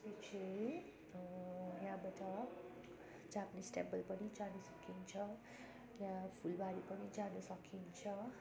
त्यस पछि यहाँबाट जापानिज टेम्पल पनि जानु सकिन्छ त्यहाँ फुलबारी पनि जानु सकिन्छ